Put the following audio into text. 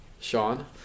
Sean